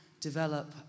develop